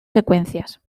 secuencias